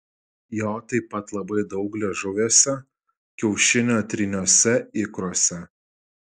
jo taip pat labai daug liežuviuose kiaušinio tryniuose ikruose